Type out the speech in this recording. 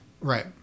Right